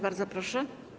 Bardzo proszę.